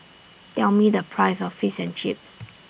Tell Me The Price of Fish and Chips